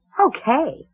Okay